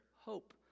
hope